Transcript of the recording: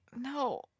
No